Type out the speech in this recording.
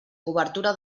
cobertura